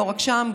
לא רק לשם,